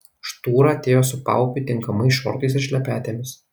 štūra atėjo su paupiui tinkamais šortais ir šlepetėmis